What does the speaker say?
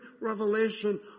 revelation